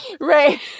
Right